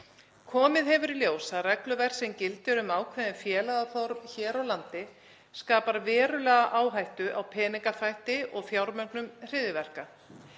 Komið hefur í ljós að regluverk sem gildir um ákveðin félagaform hér á landi skapar verulega áhættu á peningaþvætti og fjármögnun hryðjuverka.